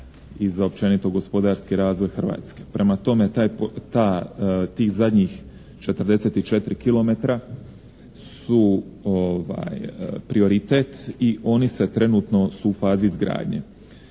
i za općenito gospodarski razvoj Hrvatske. Prema tome, tih zadnjih 44 kilometra su prioritet i oni se trenutno su u fazi izgradnje.